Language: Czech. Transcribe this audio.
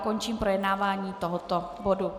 Končím projednávání tohoto bodu.